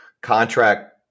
contract